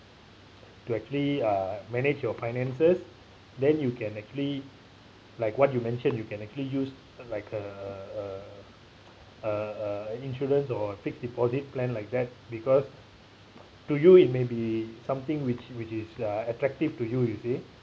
to actually uh manage your finances then you can actually like what you mentioned you can actually use like a a a a a insurance or fixed deposit plan like that because to you it may be something which which is uh attractive to you you see